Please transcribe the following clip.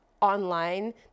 online